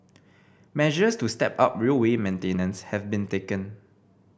measures to step up railway maintenance have been taken